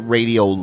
Radio